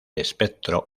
espectro